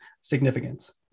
significance